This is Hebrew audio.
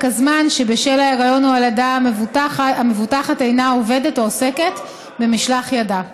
הזמן שבשל ההיריון או הלידה המבוטחת אינה עובדת או עוסקת במשלח ידה.